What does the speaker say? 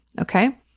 Okay